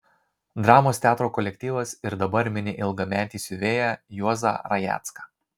dramos teatro kolektyvas ir dabar mini ilgametį siuvėją juozą rajecką